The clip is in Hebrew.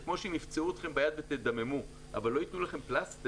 אם יפצעו אתכם ביד ותדממו ולא יתנו לכם פלסטר,